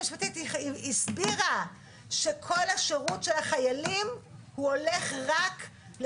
ימ"ר ש"י היא היחידה שבגללה נהרג אהוביה סנדק.